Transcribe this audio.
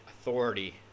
Authority